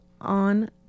on